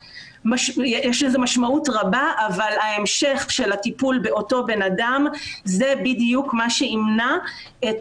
יש לזה משמעות רבה אבל ההמשך של הטיפול באותו אדם זה בדיוק מה שימנע את